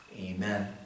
Amen